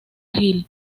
gil